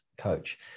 coach